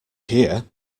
here